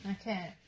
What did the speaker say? Okay